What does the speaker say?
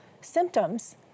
symptoms